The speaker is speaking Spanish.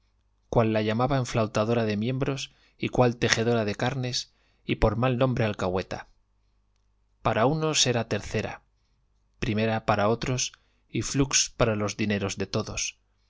cuál la llamaba enflautadora de miembros y cuál tejedora de carnes y por mal nombre alcahueta para unos era tercera primera para otros y flux para los dineros de todos